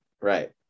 right